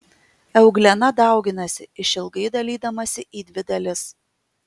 euglena dauginasi išilgai dalydamasi į dvi dalis